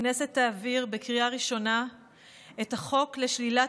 הכנסת תעביר בקריאה ראשונה את החוק לשלילת